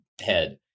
head